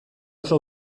oso